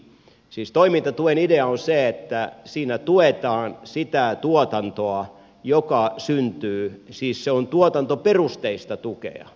siis toimintatuen idea on se että siinä tuetaan sitä tuotantoa joka syntyy siis se on tuotantoperusteista tukea